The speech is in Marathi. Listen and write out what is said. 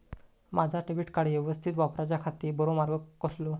माजा डेबिट कार्ड यवस्तीत वापराच्याखाती बरो मार्ग कसलो?